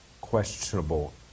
questionable